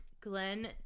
Glenn